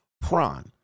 Prawn